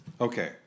Okay